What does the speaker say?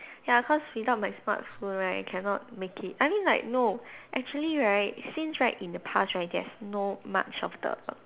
ya cause without my smartphone right I cannot make it I mean like no actually right since right in the past right there's no much of the